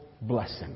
blessing